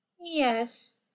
Yes